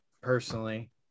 personally